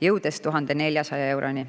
jõudes 1400 euroni.